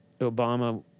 Obama